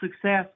success